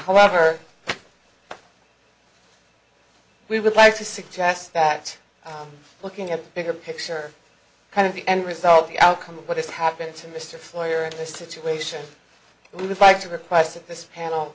however we would like to suggest that looking at the bigger picture kind of the end result the outcome of what has happened to mr flair and the situation we would like to request at this panel